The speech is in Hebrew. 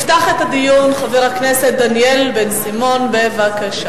יפתח את הדיון חבר הכנסת דניאל בן-סימון, בבקשה.